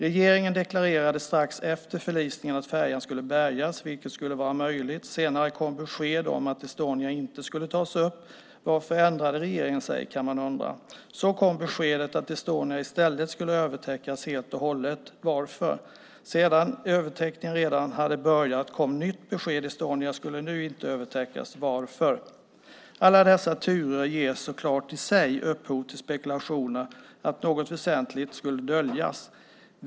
Regeringen deklarerade strax efter förlisningen att färjan skulle bärgas, vilket skulle vara möjligt. Senare kom besked om att Estonia inte skulle tas upp. Varför ändrade regeringen sig, kan man undra. Så kom beskedet att Estonia i stället skulle övertäckas helt och hållet. Varför? När övertäckningen redan hade börjat kom ett nytt besked. Estonia skulle nu inte övertäckas. Varför? Alla dessa turer ger så klart i sig upphov till spekulationer om att något väsentligt skulle döljas.